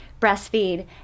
breastfeed